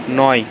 নয়